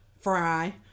fry